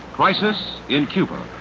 crisis in cuba.